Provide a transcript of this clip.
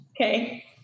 Okay